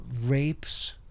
rapes